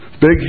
big